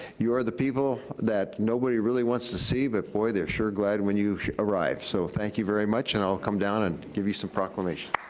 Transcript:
you are the people that nobody really wants to see, but boy they're sure glad when you arrive. so thank you very much, and i'll come down and give you some proclamations.